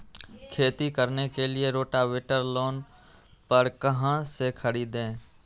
खेती करने के लिए रोटावेटर लोन पर कहाँ से खरीदे?